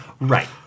Right